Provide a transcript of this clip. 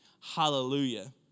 Hallelujah